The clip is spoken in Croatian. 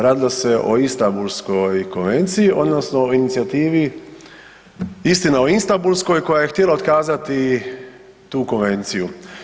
Radilo se o Istambulskoj konvenciji, odnosno inicijativi Istina o Istambulskoj koja je htjela otkazati tu konvenciju.